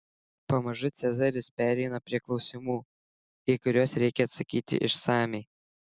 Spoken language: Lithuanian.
pamažu cezaris pereina prie klausimų į kuriuos reikia atsakyti išsamiai